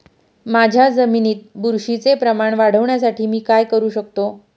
माझ्या जमिनीत बुरशीचे प्रमाण वाढवण्यासाठी मी काय करू शकतो?